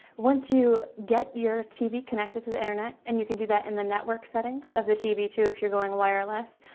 once you get your tv connected to the internet, and you can do that in the network settings of the tv, too, if you're going wireless,